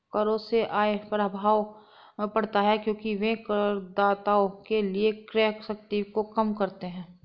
करों से आय प्रभाव पड़ता है क्योंकि वे करदाताओं के लिए क्रय शक्ति को कम करते हैं